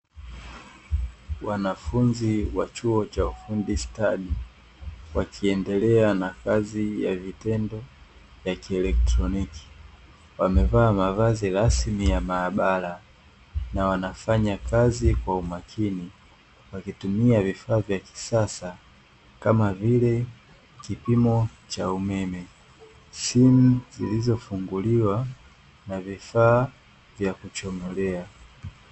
Wanafunzi wa chuo cha ufundi stadi, wakiendelea na kazi ya vitendo ya kielektroniki. Wamevaa mavazi rasmi ya maabara na wanafanya kazi kwa umakini, wakitumia vifaa vya kisasa, kama vile: kipimo cha umeme, simu zilizofunguliwa na vifaa vya kuchomolea.